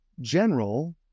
general